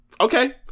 Okay